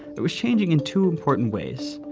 it was changing in two important ways.